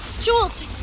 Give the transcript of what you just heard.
Jules